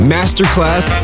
Masterclass